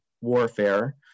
warfare